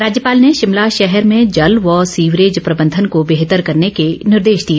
राज्यपाल ने शिमला शहर में जल व सीवरेज प्रबंधन को बेहतर करने के निर्देश दिए